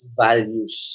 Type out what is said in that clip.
values